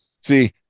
see